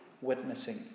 Witnessing